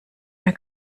mehr